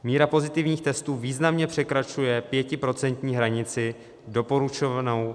Míra pozitivních testů významně překračuje pětiprocentní hranici doporučovanou WHO.